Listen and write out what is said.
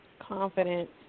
confident